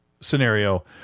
scenario